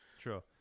True